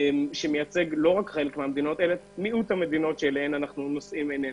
המידע הנ"ל מייצג רק מיעוט של מדינות שאליהן אנחנו נושאים את עיננו.